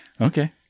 Okay